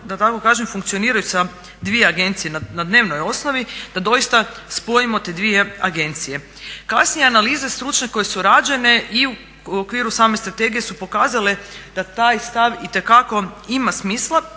da tako kažem funkcioniraju sa dvije agencije na dnevnoj osnovi da doista spojimo te dvije agencije. Kasnije analize stručne koje su rađene i u okviru same strategije su pokazale da taj stav itekako ima smisla.